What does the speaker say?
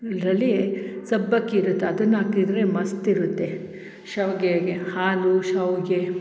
ಇದರಲ್ಲಿ ಸಬ್ಬಕ್ಕಿ ಇರುತ್ತೆ ಅದನ್ನ ಹಾಕಿದರೆ ಮಸ್ತ್ ಇರುತ್ತೆ ಶಾವಿಗೆಗೆ ಹಾಲು ಶಾವಿಗೆ